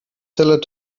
seller